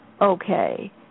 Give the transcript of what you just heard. okay